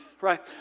right